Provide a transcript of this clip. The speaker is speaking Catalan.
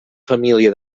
família